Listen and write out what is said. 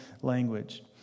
language